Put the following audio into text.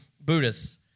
Buddhists